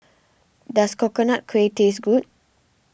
does Coconut Kuih taste good